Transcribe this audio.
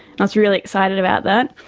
i was really excited about that.